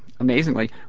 Amazingly